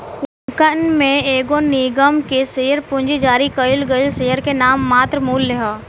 लेखांकन में एगो निगम के शेयर पूंजी जारी कईल गईल शेयर के नाममात्र मूल्य ह